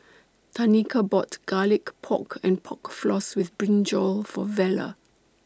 Tanika bought Garlic Pork and Pork Floss with Brinjal For Vella